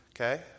Okay